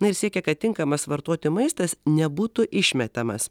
na ir siekia kad tinkamas vartoti maistas nebūtų išmetamas